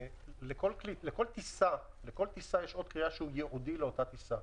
לכל טיסה יש אות קריאה ייעודי לאותה טיסה.